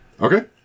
Okay